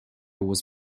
was